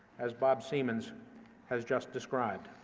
as bob seamans has just described.